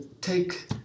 Take